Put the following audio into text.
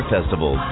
Festival